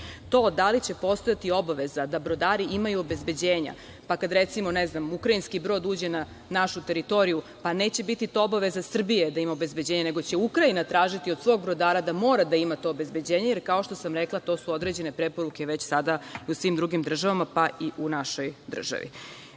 to da li će postojati obaveza da brodari imaju obezbeđenje, pa je recimo kada ukrajinski brod uđe na našu teritoriju neće biti obaveza Srbije da ima obezbeđenje, nego će Ukrajina tražiti od svog brodara da mora da ima to obezbeđenje. Kao što sam rekla to su određene preporuke već sada u svim drugim državama, pa i u našoj državi. Što